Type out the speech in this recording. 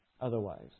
otherwise